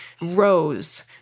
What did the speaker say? rows